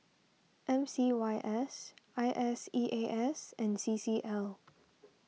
M C Y S I S E A S and C C L